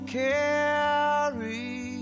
carry